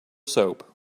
soap